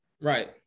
Right